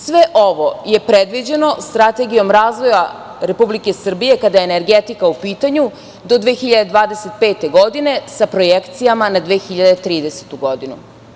Sve ovo je predviđeno Strategijom razvoja Republike Srbije kada je energetika u pitanju do 2025. godine sa projekcijama na 2030. godinu.